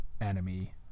enemy